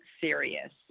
serious